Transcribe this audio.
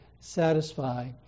satisfy